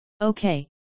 Okay